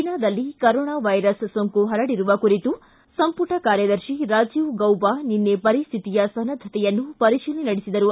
ಚೀನಾದಲ್ಲಿ ಕರೋನಾವೈರಸ್ ಸೋಂಕು ಹರಡಿರುವ ಕುರಿತು ಸಂಪುಟ ಕಾರ್ಯದರ್ಶಿ ರಾಜೀವ್ ಗೌಬಾ ನಿನ್ನೆ ಪರಿಸ್ಥಿತಿಯ ಸನ್ನದ್ದತೆಯನ್ನು ಪರಿಶೀಲನೆ ನಡೆಸಿದರು